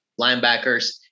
linebackers